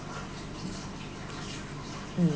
mm